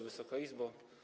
Wysoka Izbo!